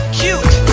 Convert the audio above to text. cute